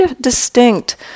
distinct